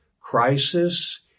crisis